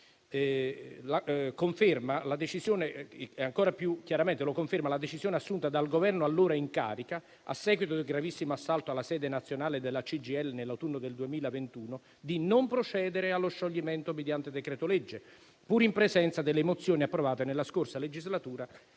la decisione assunta dal Governo allora in carica, a seguito del gravissimo assalto alla sede nazionale della CGIL nell'autunno del 2021, di non procedere allo scioglimento mediante decreto-legge, pur in presenza delle mozioni approvate nella scorsa legislatura